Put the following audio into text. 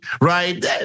right